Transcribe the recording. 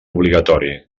obligatori